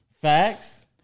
Facts